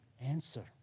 answer